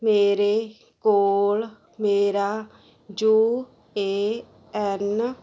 ਮੇਰੇ ਕੋਲ ਮੇਰਾ ਜੋ ਏ ਐੱਨ